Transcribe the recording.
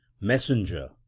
Messenger